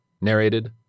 narrated